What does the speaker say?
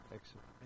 Excellent